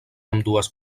ambdues